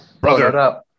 Brother